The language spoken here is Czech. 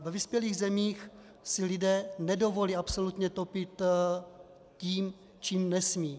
Ve vyspělých zemích si lidé nedovolí absolutně topit tím, čím nesmí.